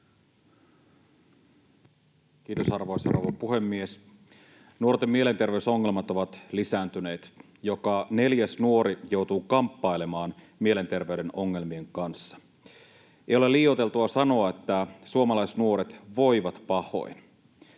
Kiitos, arvoisa rouva puhemies! Nuorten mielenterveysongelmat ovat lisääntyneet. Joka neljäs nuori joutuu kamppailemaan mielenterveyden ongelmien kanssa. Ei ole liioiteltua sanoa, että suomalaisnuoret voivat pahoin.